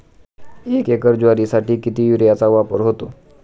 एक एकर ज्वारीसाठी किती युरियाचा वापर होतो?